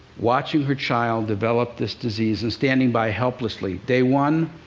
watching her child develop this disease and standing by helplessly. day one,